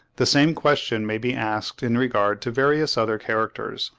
the same question may be asked in regard to various other characters,